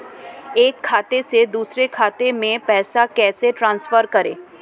एक खाते से दूसरे खाते में पैसे कैसे ट्रांसफर करें?